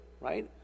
Right